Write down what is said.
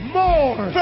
more